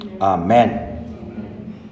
Amen